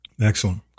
excellent